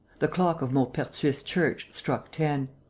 the clock of maupertuis church struck ten.